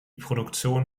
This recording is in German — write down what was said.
produktion